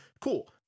Cool